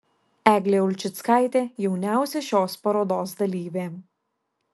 eglė ulčickaitė jauniausia šios parodos dalyvė